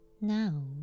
Now